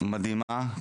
מדהימה,